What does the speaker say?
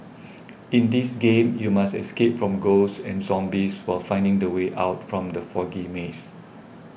in this game you must escape from ghosts and zombies while finding the way out from the foggy maze